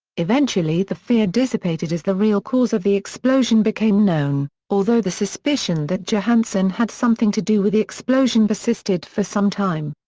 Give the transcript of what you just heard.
eventually the fear dissipated as the real cause of the explosion became known, although the suspicion that johansen had something to do with the explosion persisted for some time.